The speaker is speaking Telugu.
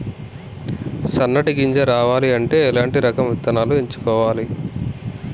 సన్నటి గింజ రావాలి అంటే ఎలాంటి రకం విత్తనాలు ఎంచుకోవాలి?